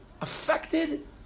affected